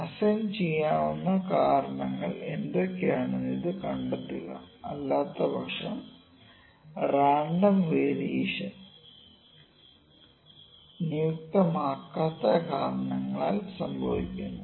assign ചെയ്യാവുന്ന കാരണങ്ങൾ എന്തൊക്കെയാണെന്ന് ഇത് കണ്ടെത്തുക അല്ലാത്തപക്ഷം റാൻഡം വേരിയേഷൻ നിയുക്തമാക്കാത്ത കാരണങ്ങളാൽ സംഭവിക്കുന്നു